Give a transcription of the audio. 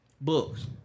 books